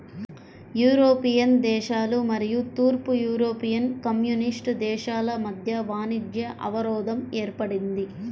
European దేశాలు మరియు తూర్పు యూరోపియన్ కమ్యూనిస్ట్ దేశాల మధ్య వాణిజ్య అవరోధం ఏర్పడింది